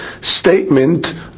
statement